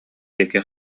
диэки